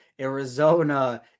Arizona